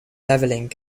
leveling